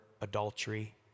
adultery